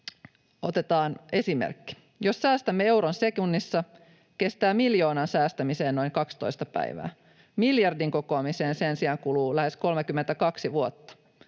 otetaan esimerkki. Jos säästämme euron sekunnissa, kestää miljoonan säästämiseen noin 12 päivää. Miljardin kokoamiseen sen sijaan kuluu lähes 32 vuotta.